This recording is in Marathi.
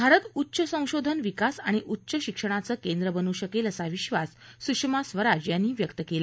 भारत उच्च संशोधन विकास आणि उच्च शिक्षणाचं केंद्र बनू शकेल असा विबास सुषमा स्वराज यांनी व्यक्त केला